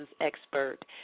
expert